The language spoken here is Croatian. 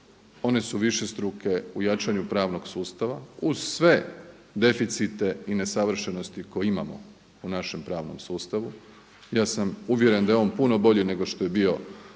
one su višestruke u jačanju pravnog sustava uz sve deficite i nesavršenosti koje imamo u našem pravnom sustavu. Ja sam uvjeren da je on puno bolji nego što je bio